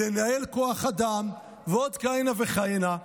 לנהל כוח אדם ועוד כהנה וכהנה,